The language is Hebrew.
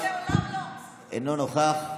אינו נוכח,